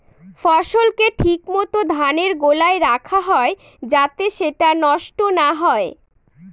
ফসলকে ঠিক মত ধানের গোলায় রাখা হয় যাতে সেটা নষ্ট না হয়